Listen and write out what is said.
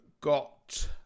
got